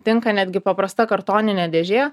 tinka netgi paprasta kartoninė dėžė